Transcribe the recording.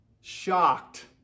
shocked